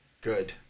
good